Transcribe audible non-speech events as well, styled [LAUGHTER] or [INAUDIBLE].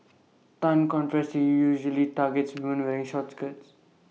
[NOISE] Tan confessed that usually targets women wearing short skirts